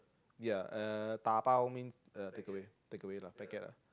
ya uh dabao means uh take away take away lah packet lah